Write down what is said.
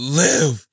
live